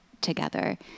together